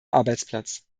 arbeitsplatz